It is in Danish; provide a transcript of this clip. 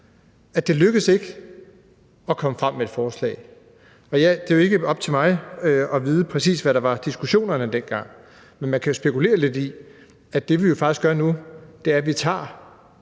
at det ikke lykkedes at komme med et forslag. Det er ikke op til mig at sige, præcis hvad der var diskussionerne dengang, men man kan jo tænke lidt på, at det, vi faktisk gør nu, er, at vi tager